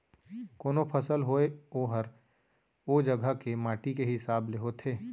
कोनों फसल होय ओहर ओ जघा के माटी के हिसाब ले होथे